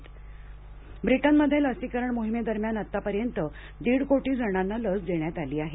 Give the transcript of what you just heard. Britain corona ब्रिटनमध्ये लसीकरण मोहिमेदरम्यान आतापर्यंत दीड कोटी जणांना लस देण्यात आली आहे